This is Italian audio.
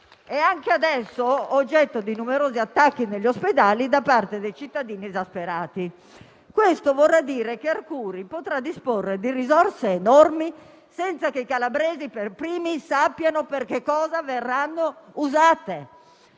e anche adesso oggetto di numerosi attacchi negli ospedali da parte dei cittadini esasperati. Questo vorrà dire che Arcuri potrà disporre di risorse enormi senza che i calabresi per primi sappiano perché cosa verranno usate.